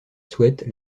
souhaite